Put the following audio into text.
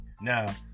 Now